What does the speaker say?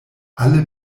alle